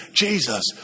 Jesus